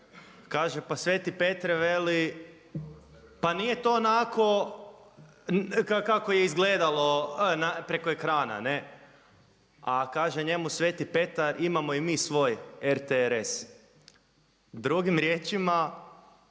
kaže pa Sveti Petre veli pa nije to onako kako je izgledalo preko ekrana, ne. A kaže njemu Sveti Petar imamo i mi svoj RTRS. Drugim riječima